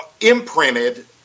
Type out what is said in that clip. imprinted